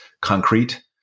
concrete